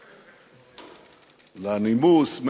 לנימוס.